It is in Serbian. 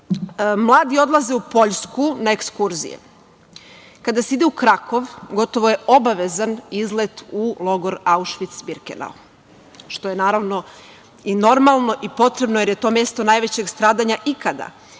mladi odlaze u Poljsku na ekskurzije. Kada se ide u Krakov gotovo je obavezan izlet u logor Aušvic Bikernau, što je naravno i normalno i potrebno jer je to mesto najvećeg stradanja ikada,